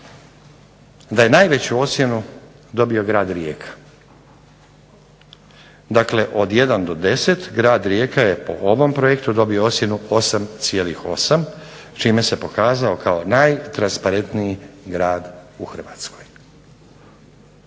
da je najveću ocjenu dobio grad Rijeka. Od 1 do 10 grad Rijeka je po ovom projektu dobio ocjenu 8,8 čime se pokazao kao najtransparentniji grad u Hrvatskoj.